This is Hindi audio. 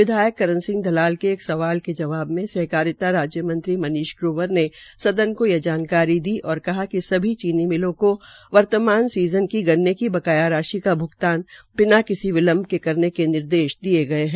विद्यायक करण दलाल ने एक सवाल के जवाब मे सहकारिता राज्य मंत्री मनीष ग्रोबर ने सदन को ये जानकारी दी और कहा कि सभी चीनी मिलों को वर्तमान सींजन की गन्ने की बकाया राशि का भ्गतान बिना किसी विलंव के करने के निर्देश दिये है